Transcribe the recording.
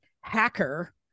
hacker